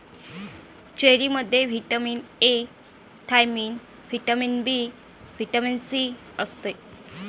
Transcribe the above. चेरीमध्ये vitamin A, thiamine, vitamin B, vitamin C असते